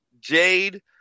Jade